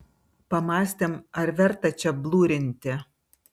pamąstėm ar verta čia blurinti